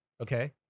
Okay